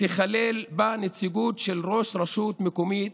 תיכלל בה נציגות של ראש רשות מקומית